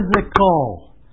Physical